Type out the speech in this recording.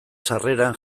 sarreran